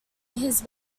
his